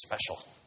special